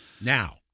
now